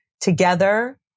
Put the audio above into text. together